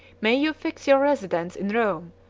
may you fix your residence in rome,